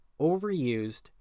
overused